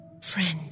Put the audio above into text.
Friend